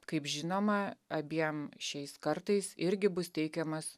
kaip žinoma abiem šiais kartais irgi bus teikiamas